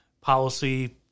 policy